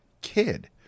kid